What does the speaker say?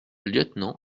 lieutenant